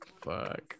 Fuck